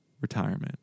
retirement